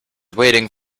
waiting